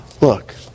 Look